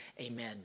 amen